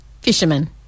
fisherman